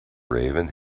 raven